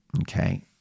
Okay